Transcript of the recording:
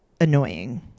annoying